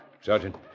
Sergeant